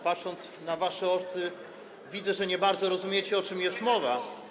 Patrząc w wasze oczy, widzę, że nie bardzo rozumiecie, o czym jest mowa.